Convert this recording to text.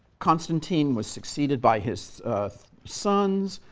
constantine was succeeded by his sons.